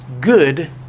good